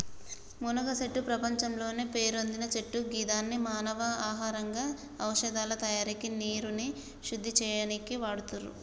మునగచెట్టు ప్రపంచంలోనే పేరొందిన చెట్టు గిదాన్ని మానవ ఆహారంగా ఔషదాల తయారికి నీరుని శుద్ది చేయనీకి వాడుతుర్రు